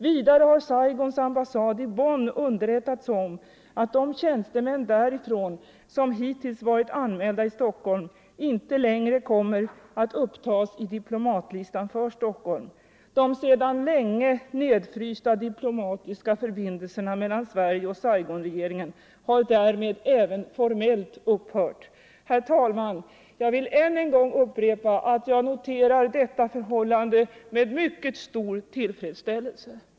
Vidare har Saigons ambassad i Bonn underrättats om att de tjänstemän där som hittills varit anmälda i Stockholm inte längre kommer att upptas i diplomatlistan för Stockholm. De sedan länge nedfrysta diplomatiska förbindelserna mellan Sverige och Saigonregeringen har därmed även formellt upphört. Herr talman! Jag vill än en gång upprepa att jag noterar detta förhållande med mycket stor tillfredsställelse.